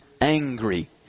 angry